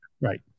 Right